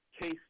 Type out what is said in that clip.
case